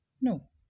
no